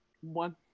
One